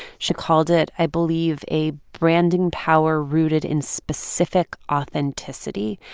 she called it, i believe, a branding power rooted in specific authenticity.